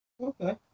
Okay